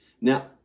Now